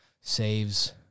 saves